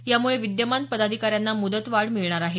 यामुळे विद्यमान पदाधिकाऱ्यांना मुदतवाढ मिळणार आहे